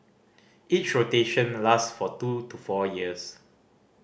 each rotation last for two to four years